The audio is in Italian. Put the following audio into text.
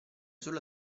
solo